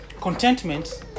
contentment